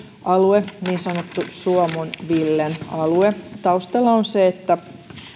alue niin sanottu suomun villen alue taustalla on se että